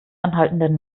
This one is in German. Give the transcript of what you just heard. anhaltenden